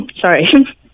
sorry